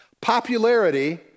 Popularity